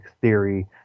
theory